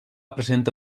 presenta